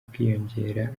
bwiyongera